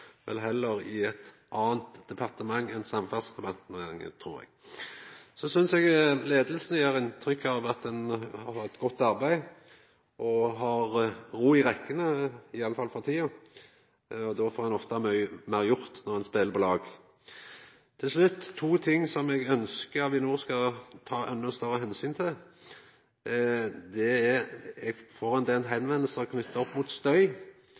vel heller på eit anna departement enn Samferdselsdepartementet, trur eg. Så synest eg leiinga i Avinor gjev inntrykk av at ein arbeider godt og har ro i rekkene – i alle fall for tida. Ein får ofte gjort meir når ein spelar på lag. Til slutt er det to ting som eg ønskjer at Avinor skal ta enda større omsyn til. Eg får ein del spørsmål knytte til støy,